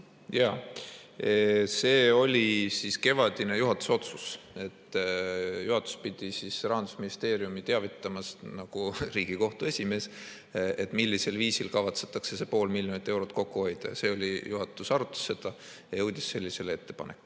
Jaa, see oli kevadine juhatuse otsus. Juhatus pidi Rahandusministeeriumi teavitama nagu Riigikohtu esimees, millisel viisil kavatsetakse see pool miljonit eurot kokku hoida. Juhatus arutas seda ja jõudis sellise ettepanekuni.